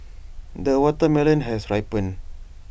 the watermelon has ripened